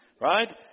right